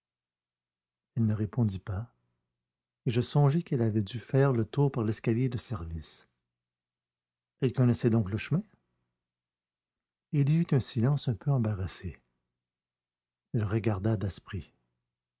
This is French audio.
elle ne répondit pas et je songeai qu'elle avait dû faire le tour par l'escalier de service elle connaissait donc le chemin il y eut un silence un peu embarrassé elle regarda